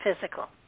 physical